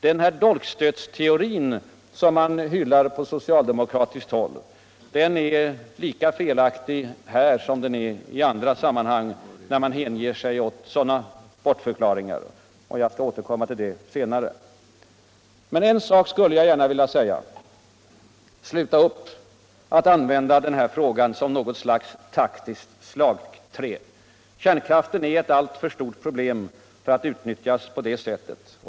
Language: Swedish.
Den dolkstötsteori som man hyllar på socialdemokratiskt håll är lika felaktig här som i andra sammanhang när man hänger sig ät sådana bortförklaringar. Jag skall återkomma ult detta senare. Men en sak skulle jag gärna vilja säga redan nu: Sluta upp med altt använda denna fråga som något slags taktiskt stagträ! Kärnkraften är ett alltför stort problem för att utnyttjas på det sättet.